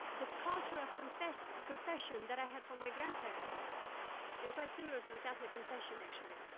the culture of confession confession that i had from my grandparents you know quite similar to the catholic confession, actually.